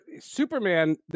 superman